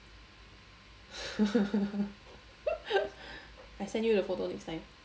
I send you the photo next time